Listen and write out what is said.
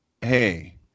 hey